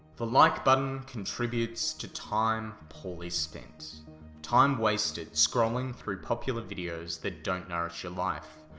the like button contributes to time poorly spent time wasted scrolling through popular videos that don't nourish your life,